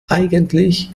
eigentlich